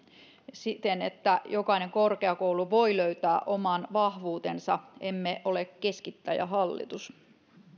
siten että jokainen korkeakoulu voi löytää oman vahvuutensa emme ole keskittäjähallitus